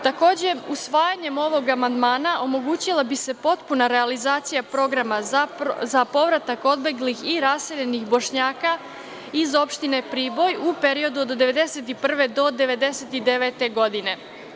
Takođe, usvajanjem ovog amandmana omogućila bi se potpuna realizacija programa za povratak odbeglih i raseljenih Bošnjaka iz opštine Priboj u periodu od 1991. do 1999. godine.